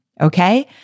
Okay